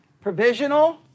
Provisional